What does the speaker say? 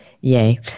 Yay